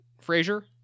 Frazier